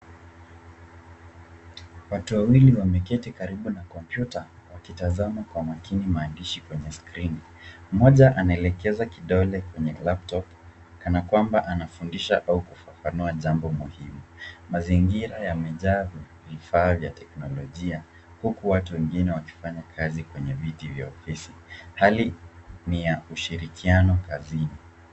Watu wawili wameketi karibu na kompyuta wakitazama kwa maakini maandishi kwenye skrini. Mmoja anaelekeza kidole kwenye laptop kama kwamba anafundisha au kufafanua jambo muhimu. Mazingira yamejaa vifaa vya teknolojia huku watu wengine wakifanya kazi kwenye viti vya ofisi. Hali ni ya ushirikiano kazini.